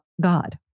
God